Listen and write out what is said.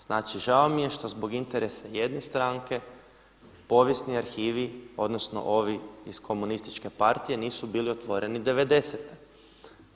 Znači žao mi je što zbog interesa jedne stranke povijesni arhivi odnosno ovi iz komunističke partije nisu bili otvoreni '90.-te.